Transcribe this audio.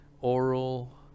Oral